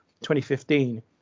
2015